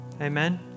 Amen